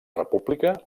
república